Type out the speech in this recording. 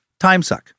timesuck